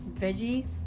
veggies